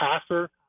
passer